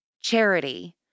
charity